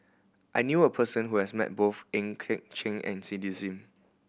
I knew a person who has met both Goh Eck Kheng and Cindy Sim